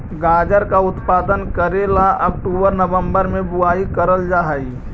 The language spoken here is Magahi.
गाजर का उत्पादन करे ला अक्टूबर नवंबर में बुवाई करल जा हई